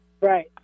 Right